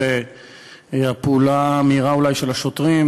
ואולי הפעולה המהירה של השוטרים,